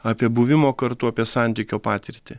apie buvimo kartu apie santykio patirtį